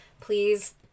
please